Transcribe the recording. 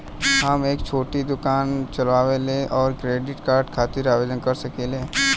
हम एक छोटा दुकान चलवइले और क्रेडिट कार्ड खातिर आवेदन कर सकिले?